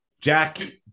Jack